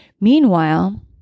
Meanwhile